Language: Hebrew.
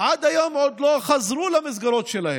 עד היום עוד לא חזרו למסגרות שלהם,